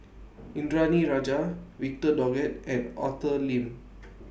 Indranee Rajah Victor Doggett and Arthur Lim